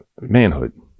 manhood